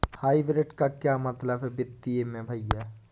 Hybrid का क्या मतलब है वित्तीय में भैया?